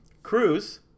cruise